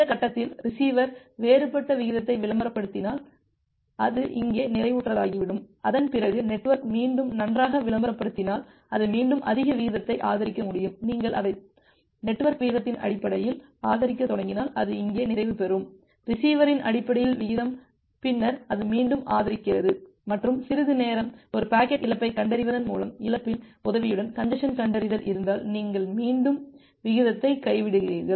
இந்த கட்டத்தில் ரிசீவர் வேறுபட்ட விகிதத்தை விளம்பரப்படுத்தினால் அது இங்கே நிறைவுற்றதாகிவிடும் அதன் பிறகு நெட்வொர்க் மீண்டும் நன்றாக விளம்பரப்படுத்தினால் அது மீண்டும் அதிக விகிதத்தை ஆதரிக்க முடியும் நீங்கள் அதை நெட்வொர்க் வீதத்தின் அடிப்படையில் அதிகரிக்கத் தொடங்கினால் அது இங்கே நிறைவு பெறும் ரிசீவரின் அடிப்படையில் விகிதம் பின்னர் அது மீண்டும் அதிகரிக்கிறது மற்றும் சிறிது நேரம் ஒரு பாக்கெட் இழப்பைக் கண்டறிவதன் மூலம் இழப்பின் உதவியுடன் கஞ்ஜசன் கண்டறிதல் இருந்தால் நீங்கள் மீண்டும் விகிதத்தை கைவிடுகிறீர்கள்